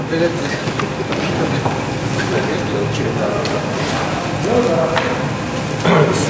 תודה, אדוני היושב-ראש, תודה, השר.